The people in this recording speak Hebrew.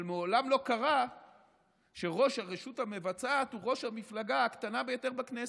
אבל מעולם לא קרה שראש הרשות המבצעת הוא ראש המפלגה הקטנה ביותר בכנסת.